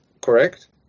correct